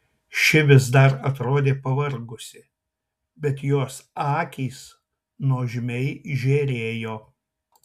ši vis dar atrodė pavargusi bet jos akys nuožmiai žėrėjo